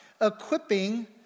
equipping